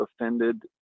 offended